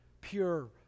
pure